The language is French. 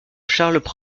charles